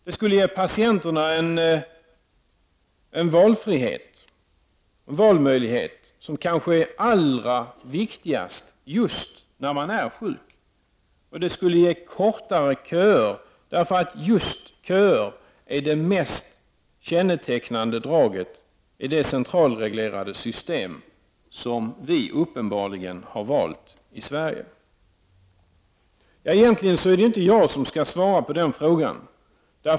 Det skulle ge patienterna en valfrihet och valmöjlighet som kanske är allra viktigast just när man är sjuk. Det skulle ge kortare köer, därför att just köer är det mest kännetecknande draget i det centralreglerade system som vi uppenbarligen har valt i Sverige. Egentligen skall jag inte svara på den frågan.